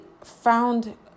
found